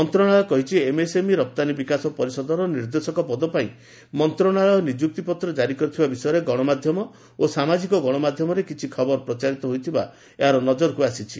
ମନ୍ତ୍ରଣାଳୟ କହିଛି ଏମ୍ଏସ୍ଏମ୍ଇ ରପ୍ତାନୀ ବିକାଶ ପରିଷଦର ନିର୍ଦ୍ଦେଶକ ପଦ ପାଇଁ ମନ୍ତ୍ରଣାଳୟ ନିଯୁକ୍ତି ପତ୍ର ଜାରି କରିଥିବା ବିଷୟରେ ଗଣମାଧ୍ୟମ ଓ ସାମାଜିକ ଗଣମାଧ୍ୟମରେ କିଛି ଖବର ପ୍ରଚାରିତ ହୋଇଥିବାର ଏହା ନଜରକୁ ଆସିଛି